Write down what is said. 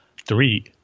Three